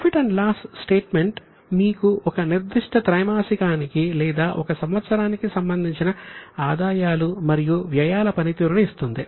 profit loss statement మీకు ఒక నిర్దిష్ట త్రైమాసికానికి లేదా ఒక సంవత్సరానికి సంబంధించిన ఆదాయాలు మరియు వ్యయాల పనితీరును ఇస్తుంది